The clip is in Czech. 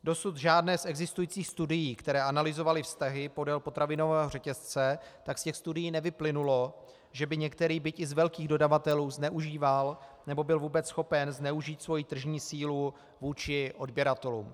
Dosud z žádné z existujících studií, které analyzovaly vztahy podél potravinového řetězce, nevyplynulo, že by některý, byť i z velkých dodavatelů, zneužíval nebo byl vůbec schopen zneužít svoji tržní sílu vůči odběratelům.